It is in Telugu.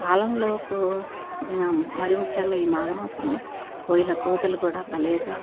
మరి ముఖ్యంగా ఈ మాఘమాసంలో కోయిల కోతలు కూడా భలేగా